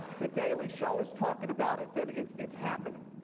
the daily show is talking about it, then it's it's happening.